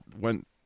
Went